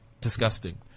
disgusting